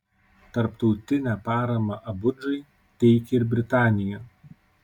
tarptautinę paramą abudžai teikia ir britanija